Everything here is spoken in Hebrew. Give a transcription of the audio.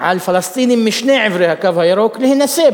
על פלסטינים משני עברי "הקו הירוק" להינשא,